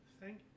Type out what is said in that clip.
Thank